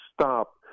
stop